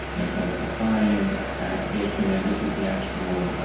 it says applying add stage command. this is the actual